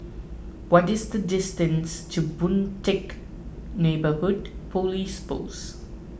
what is the distance to Boon Teck Neighbourhood Police Post